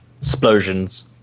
explosions